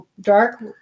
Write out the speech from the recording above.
dark